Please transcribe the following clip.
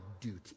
duty